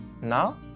Now